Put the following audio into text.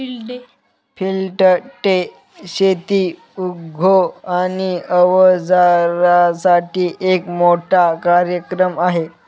field day शेती उद्योग आणि अवजारांसाठी एक मोठा कार्यक्रम आहे